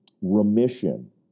remission